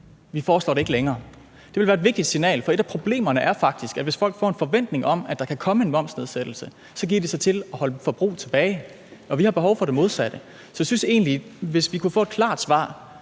Vi foreslår det ikke længere. Det ville være et vigtigt signal, for et af problemerne er faktisk, at folk, hvis de får en forventning om, at der kan komme en momsnedsættelse, giver sig til at holde forbrug tilbage, og vi har behov for det modsatte. Så hvis vi kunne få det klare svar,